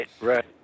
Right